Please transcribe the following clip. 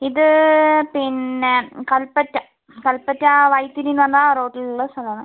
ഇത് പിന്നെ കൽപ്പറ്റ കൽപ്പറ്റ വൈത്തിരി എന്ന് പറഞ്ഞ റോഡിലുള്ള സ്ഥലമാണ്